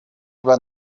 run